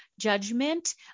judgment